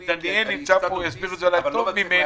דניאל שנמצא פה יסביר את זה אולי טוב ממני.